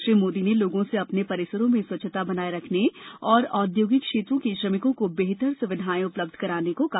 श्री मोदी ने लोगों से अपने परिसरों में स्वच्छता बनाए रखने और औद्योगिक क्षेत्रों के श्रमिकों को बेहतर सुविधाएं उपलब्ध कराने को कहा